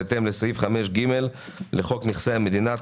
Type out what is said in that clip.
בהתאם לסעיף 5ג לחוק נכסי המדינה,